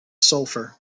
sulfur